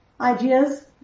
ideas